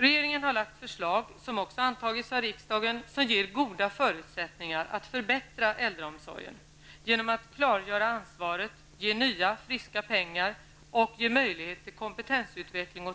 Regeringen har lagt fram förslag, som också har antagits av riksdagen, vilka ger goda förutsättningar att förbättra äldreomsorgen. Genom att klargöra ansvaret, ge nya friska pengar och möjlighet för personalen till kompetensutveckling